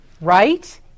right